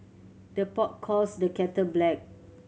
the pot calls the kettle black